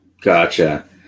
Gotcha